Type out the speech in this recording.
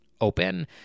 open